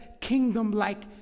kingdom-like